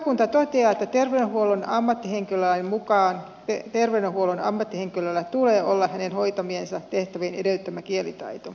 valiokunta toteaa että terveydenhuollon ammattihenkilölain mukaan terveydenhuollon ammattihenkilöllä tulee olla hoitamiensa tehtä vien edellyttämä kielitaito